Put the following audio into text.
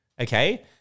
Okay